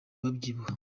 babyibuha